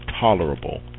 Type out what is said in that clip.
tolerable